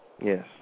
Yes